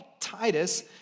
Titus